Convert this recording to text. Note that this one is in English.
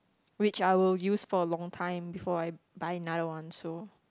which I will use for a long time before I buy another one so